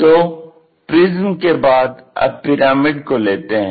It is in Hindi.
तो प्रिज्म के बाद अब पिरामिड को लेते हैं